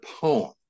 poem